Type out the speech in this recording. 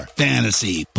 fantasy